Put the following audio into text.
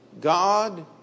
God